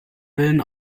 willen